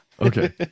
Okay